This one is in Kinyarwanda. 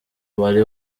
wari